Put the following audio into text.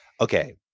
Okay